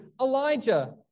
Elijah